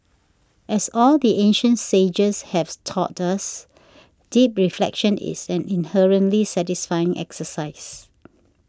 as all the ancient sages have taught us deep reflection is an inherently satisfying exercise